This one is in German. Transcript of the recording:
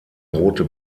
rote